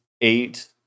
eight